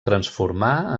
transformar